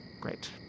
Great